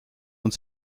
und